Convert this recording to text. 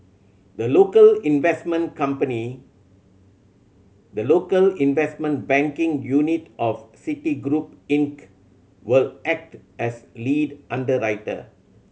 the local investment company the local investment banking unit of Citigroup Inc will act as lead underwriter